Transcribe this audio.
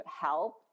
help